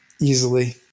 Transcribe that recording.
easily